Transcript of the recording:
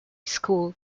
school